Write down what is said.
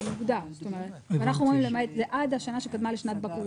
אנחנו אומרים: זה עד השנה שקדמה לשנת בגרותו.